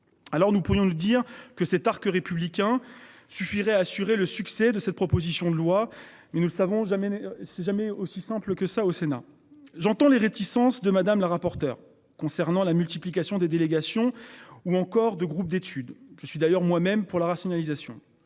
Alors nous pourrions de dire que cet arc républicain suffirait à assurer le succès de cette proposition de loi, mais nous le savons jamais ne s'est jamais aussi simple que ça. Au Sénat, j'entends les réticences de Madame la rapporteure concernant la multiplication des délégations ou encore de groupes d'études, je suis d'ailleurs moi-même pour la rationalisation.